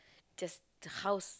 just the house